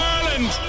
Ireland